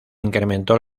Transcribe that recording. incrementó